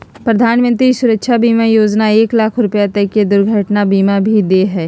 प्रधानमंत्री सुरक्षा बीमा योजना एक लाख रुपा तक के दुर्घटना बीमा भी दे हइ